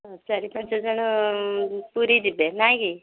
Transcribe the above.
ଚାରି ପାଞ୍ଚ ଜଣ ପୁରୀ ଯିବେ ନାହିଁ କି